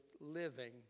living